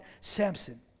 Samson